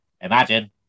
Imagine